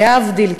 להבדיל,